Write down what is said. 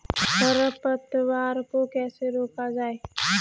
खरपतवार को कैसे रोका जाए?